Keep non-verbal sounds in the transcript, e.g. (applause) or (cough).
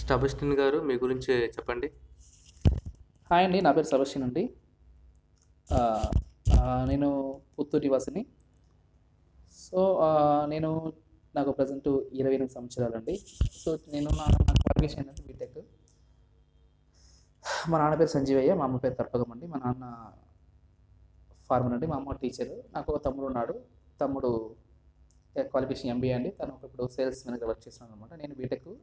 స్టెబస్టిన్ గారు మీ గురించే చెప్పండి హాయ్ అండి నా పేరు స్టెబస్టిన్ అండి నేను పుత్తూరు నివాసిని సో నేను నాకు ప్రజెంట్ ఇరవై ఎనిమిది సంవత్సరాలు అండి సో నేను నా క్వాలిఫికేషన్ ఏందంటే బిటెక్ మా నాన్న పేరు సంజీవయ్య మా అమ్మ పేరు (unintelligible) అండి మా నాన్న ఫార్మర్ అండి మా అమ్మ టీచర్ నాకు ఒక తమ్ముడు ఉన్నాడు తమ్ముడు క్వాలిఫికేషన్ ఎంబీఏ అండి తను ఇప్పుడు సేల్స్ మేనేజర్గా వర్క్ చేస్తున్నాడన్నమాట నేను బీటెక్